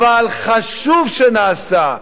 אבל חשוב שנעשה,